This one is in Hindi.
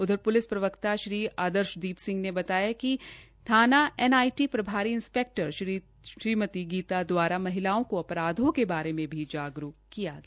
उधर प्लिस प्रवक्ता श्री आदर्शदीप सिंह ने बताया कि थाना एनआईटी प्रभारी इंसपेक्टर श्रीमती गीता दवारा महिलाओं को अपराधों के बारे में जागरूक किया गया